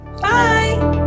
Bye